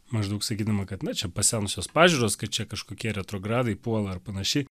maždaug sakydama kad na čia pasenusios pažiūros kad čia kažkokie retrogradai puola ar panašiai